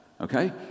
Okay